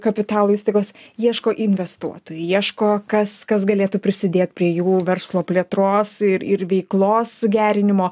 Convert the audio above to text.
kapitalo įstaigos ieško investuotojų ieško kas kas galėtų prisidėt prie jų verslo plėtros ir ir veiklos gerinimo